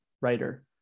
writer